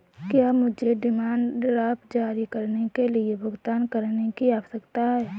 क्या मुझे demand draft जारी करने के लिए भुगतान करने की आवश्यकता है?